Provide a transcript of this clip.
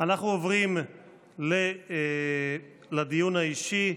אנחנו עוברים לדיון האישי.